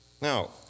Now